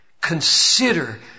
Consider